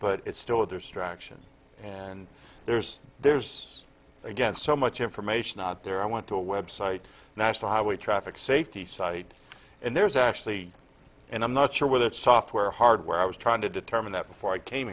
but it's still a distraction and there's there's again so much information out there i went to a web site national highway traffic safety site and there's actually and i'm not sure where that software hardware i was trying to determine that before i came